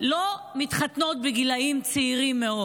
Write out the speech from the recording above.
לא מתחתנות בגילאים צעירים מאוד.